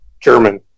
German